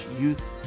youth